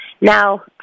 Now